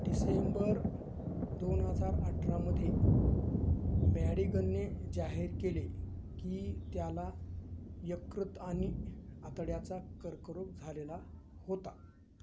डिसेंबर दोन हजार अठरामध्ये मॅडीगनने जाहीर केले की त्याला यकृत आणि आतड्याचा कर्करोग झालेला होता